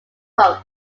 post